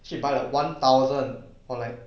she buy like one thousand for like